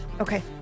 Okay